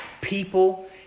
people